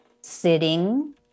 sitting